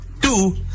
Two